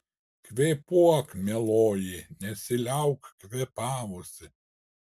kvėpuok mieloji nesiliauk kvėpavusi